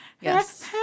yes